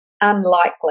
Unlikely